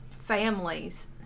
families